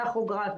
טכוגרף,